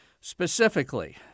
Specifically